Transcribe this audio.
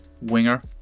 winger